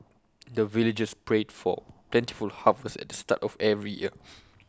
the villagers pray for plentiful harvest at the start of every year